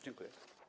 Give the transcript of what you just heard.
Dziękuję.